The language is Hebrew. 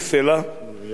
שתיקה בתרי.